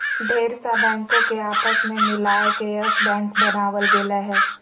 ढेर सा बैंको के आपस मे मिलाय के यस बैक बनावल गेलय हें